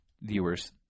viewers